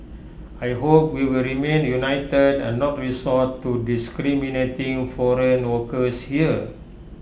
I hope we will remain united and not resort to discriminating foreign workers here